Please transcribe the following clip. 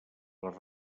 les